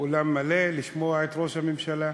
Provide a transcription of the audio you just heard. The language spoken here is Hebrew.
אולם מלא, לשמוע את ראש הממשלה,